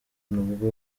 nubwo